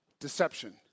Deception